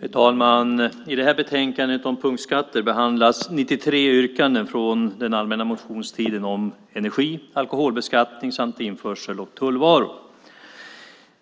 Herr talman! I betänkandet om punktskatter behandlas 93 yrkanden från den allmänna motionstiden om energi, alkoholbeskattning samt införsel och tullfrågor.